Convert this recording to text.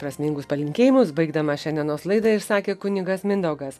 prasmingus palinkėjimus baigdamas šiandienos laidą išsakė kunigas mindaugas